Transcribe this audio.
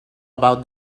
about